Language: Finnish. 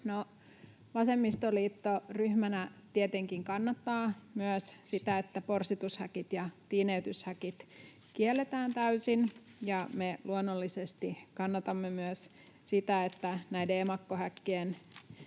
Vasemmistoliitto ryhmänä tietenkin kannattaa myös sitä, että porsitushäkit ja tiineytyshäkit kielletään täysin, ja me luonnollisesti kannatamme myös sitä, että näiden emakkohäkkien